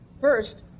first